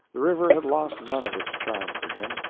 the river had lost none of its charm for him.